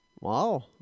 wow